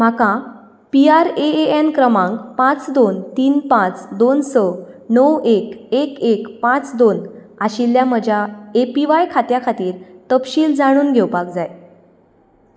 म्हाका P R A N क्रमांक पांच दोन तीन पांच दोन स णव एक एक एक पांच दोन आशिल्ल्या म्हज्या ए पी व्हाय खात्या खातीर तपशील जाणून घेवपाक जाय